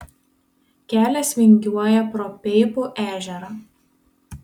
kelias vingiuoja pro peipų ežerą